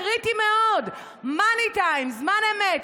קריטי מאוד, מאני טיים, זמן אמת.